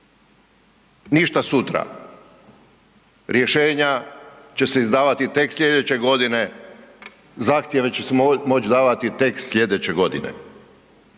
Ništa sutra. Rješenja će se izdavati tek slijedeće godine, zahtjeve će se moć davati tek slijedeće godine.